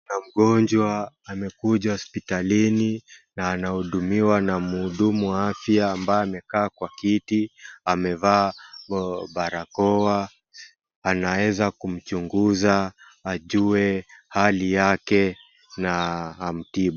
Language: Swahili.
Mgonjwa amekuja hospitalini na anahudumiwa na mhudumu wa afya ambaye amekaa kwa kiti, amevaa barakoa anaeza kumchunguza ajue hali yake na amtibu.